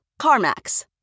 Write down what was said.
CarMax